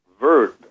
verb